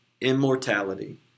immortality